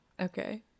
okay